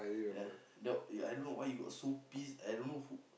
ya the I don't know why he got so pissed I don't know who